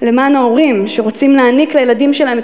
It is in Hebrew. למען ההורים שרוצים להעניק לילדים שלהם את